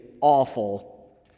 awful